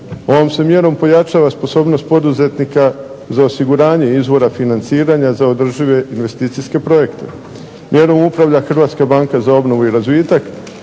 Ovom se mjerom pojačava sposobnost poduzetnika za osiguranje izvora financiranja za održive investicijske projekte. Mjerom upravlja Hrvatska banka za obnovu i razvitak